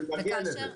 אני מגיע לזה.